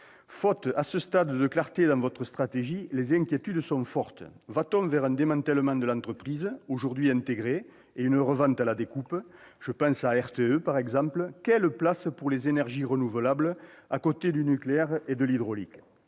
Faute, à ce stade, de clarté dans votre stratégie, les inquiétudes sont fortes. Va-t-on vers un démantèlement de l'entreprise, aujourd'hui intégrée, et une revente à la découpe ? Je pense, par exemple, à RTE. Quelle place reviendra aux énergies renouvelables, à côté du nucléaire et de l'hydraulique ?